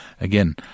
again